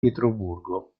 pietroburgo